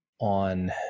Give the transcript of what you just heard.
on